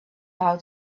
how